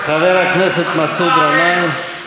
חבר הכנסת מסעוד גנאים,